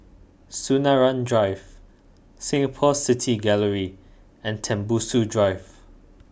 Sinaran Drive Singapore City Gallery and Tembusu Drive